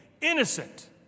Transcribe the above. innocent